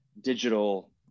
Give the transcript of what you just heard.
digital